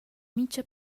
mincha